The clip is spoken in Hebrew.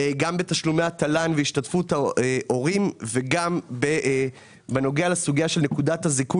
גם בתשלומי התל"ן והשתתפות הורים וגם בנוגע לנקודת זיכוי